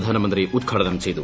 പ്രധാനമന്ത്രി ഉദ്ഘാടനം ചെയ്തു